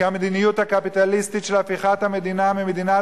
כי המדיניות הקפיטליסטית של הפיכת המדינה ממדינת